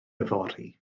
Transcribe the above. yfory